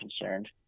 concerned